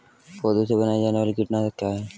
पौधों से बनाई जाने वाली कीटनाशक क्या है?